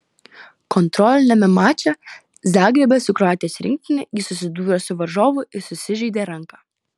kontroliniame mače zagrebe su kroatijos rinktine jis susidūrė su varžovu ir susižeidė ranką